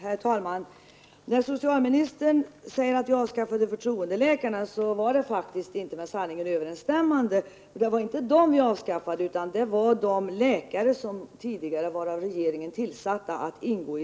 Herr talman! När socialministern säger att vi avskaffade förtroendeläkarna är det faktiskt inte med sanningen överensstämmande. Det var inte dem vi avskaffade, utan det var de läkare som tidigare var av regeringen tillsatta att ingå